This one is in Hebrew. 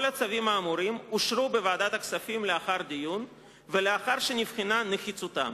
כל הצווים האמורים אושרו בוועדת הכספים לאחר דיון ולאחר שנבחנה נחיצותם.